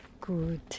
good